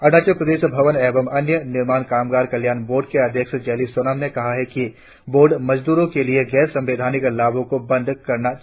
अरुणाचल प्रदेश भवन एवं अन्य निर्माण कामगार कल्याण बोर्ड के अध्यक्ष जेली सोनाम ने कहा है कि बोर्ड मजदूरों के लिए गैर संवैधानिक लाभों को बंद करने पर विचार कर रही है